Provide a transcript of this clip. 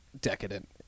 decadent